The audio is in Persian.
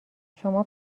شما